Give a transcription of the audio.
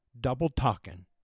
double-talking